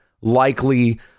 likely